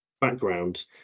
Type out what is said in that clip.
background